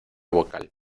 vocal